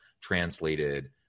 translated